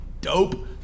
Dope